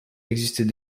existait